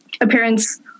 Appearance